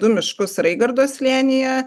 du miškus raigardo slėnyje